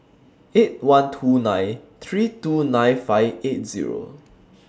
eight one two nine three two nine five eight Zero